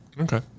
Okay